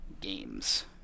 games